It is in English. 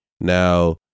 Now